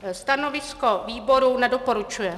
Stanovisko výboru: Nedoporučuje.